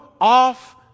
off